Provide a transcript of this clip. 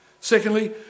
Secondly